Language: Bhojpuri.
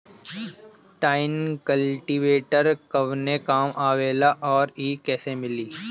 टाइन कल्टीवेटर कवने काम आवेला आउर इ कैसे मिली?